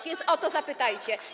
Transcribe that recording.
Więc o to zapytajcie.